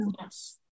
Yes